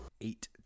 Eight